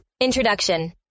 Introduction